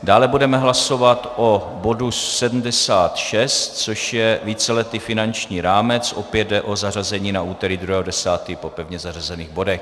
Dále budeme hlasovat o bodu 76, což je víceletý finanční rámec, opět jde o zařazení na úterý 2. 10. po pevně zařazených bodech.